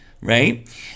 right